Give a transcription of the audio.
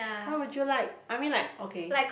how would you like I mean like okay